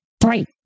Three